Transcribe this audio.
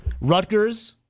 Rutgers